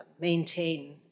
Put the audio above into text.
maintain